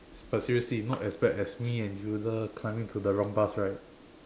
but seriously not as bad as me and Hilda climbing to the wrong bus right